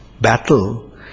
battle